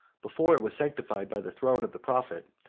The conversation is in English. before it was sanctified by the throne of the prophet,